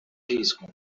risco